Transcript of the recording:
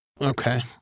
Okay